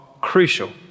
crucial